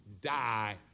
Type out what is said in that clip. die